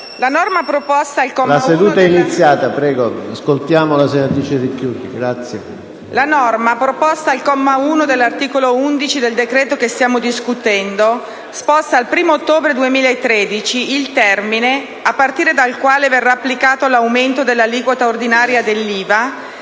la norma proposta al comma 1 dell'articolo 11 del decreto che stiamo discutendo sposta al 1° ottobre 2013 il termine a partire dal quale verrà applicato l'aumento dell'aliquota ordinaria dell'IVA,